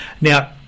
Now